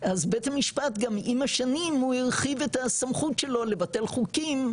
אז בית המשפט גם עם השנים הוא הרחיב את הסמכות שלו לבטל חוקים,